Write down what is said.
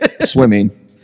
Swimming